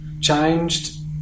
changed